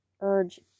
urge